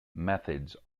methods